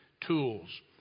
tools